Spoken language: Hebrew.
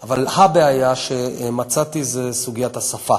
אבל ה-בעיה שמצאתי זה סוגיית השפה.